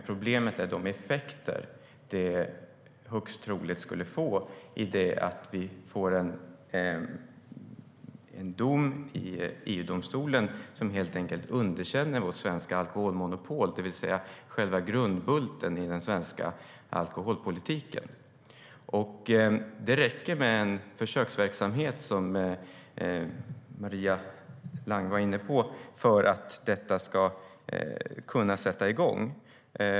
Problemet är de effekter det högst troligt skulle få i det att vi får en dom i EU-domstolen som helt enkelt underkänner vårt svenska alkoholmonopol, det vill säga själva grundbulten i den svenska alkoholpolitiken. Det räcker med en försöksverksamhet, som Maria Stockhaus var inne på, för att det ska kunna sätta igång.